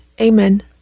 amen